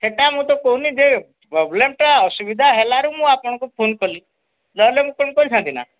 ସେଇଟା ମୁଁ ତ କହୁନି ଯେ ପ୍ରୋବ୍ଲେମ୍ଟା ଅସୁବିଧା ହେଲାରୁ ମୁଁ ଆପଣଙ୍କୁ ଫୋନ୍ କଲି ନହେଲେ ମୁଁ କ'ଣ କହିଥାନ୍ତି ନା